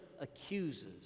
accuses